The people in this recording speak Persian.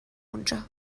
اونجا